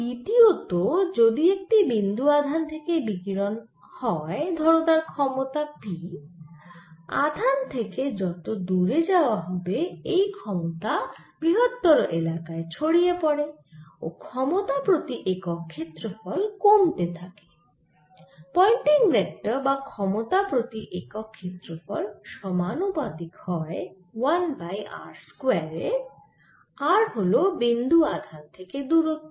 দ্বিতীয়ত যদি একটি বিন্দু আধান থেকে বিকিরণ হয় ধরো তার ক্ষমতা p আধান থেকে যত দূরে যাওয়া হবে এই ক্ষমতা বৃহত্তর এলাকায় ছড়িয়ে পড়ে ও ক্ষমতা প্রতি একক ক্ষেত্রফল কমতে থাকে পয়েন্টিং ভেক্টর বা ক্ষমতা প্রতি একক ক্ষেত্রফল সমানুপাতিক হয় 1 বাই r স্কয়ারের r হল বিন্দু আধান থেকে দূরত্ব